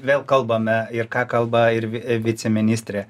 vėl kalbame ir ką kalba ir viceministrė